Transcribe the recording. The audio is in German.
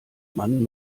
man